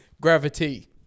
Gravity